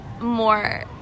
more